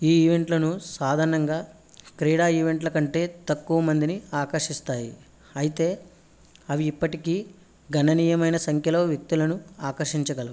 ఈ ఈవెంట్లను సాధారణంగా క్రీడా ఈవెంట్ల కంటే తక్కువ మందిని ఆకర్షిస్తాయి అయితే అవి ఇప్పటికీ గణనీయమైన సంఖ్యలో వ్యక్తులను ఆకర్షించగలవు